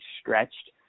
stretched